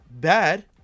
bad